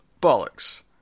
Bollocks